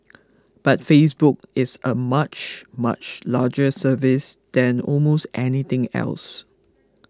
but Facebook is a much much larger service than almost anything else